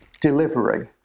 delivery